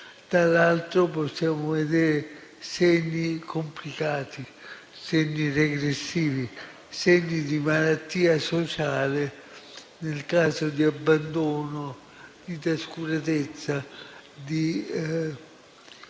dall'altra possiamo vedere segni complicati, segni regressivi, segni di malattia sociale, nel caso di abbandono, di trascuratezza, di